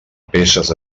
peces